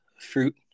fruit